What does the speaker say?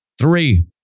three